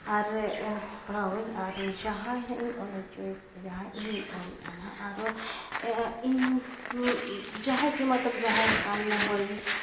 ᱟᱨ ᱯᱟᱲᱦᱟᱣᱟᱹᱧ ᱟᱨ ᱡᱟᱦᱟᱸᱭ ᱦᱟᱸᱜ ᱤᱧ ᱚᱞ ᱦᱚᱪᱚᱭᱮ ᱠᱟᱱᱟ ᱡᱟᱦᱟᱸ ᱤᱧᱤᱧ ᱚᱞᱮᱜᱼᱟ ᱦᱟᱸᱜ ᱟᱨᱚ ᱤᱧ ᱡᱟᱦᱟᱸᱭ ᱜᱮ ᱢᱚᱛᱞᱚᱵᱽ ᱡᱟᱦᱟᱸᱭ ᱠᱟᱱ ᱦᱩᱭᱮᱱ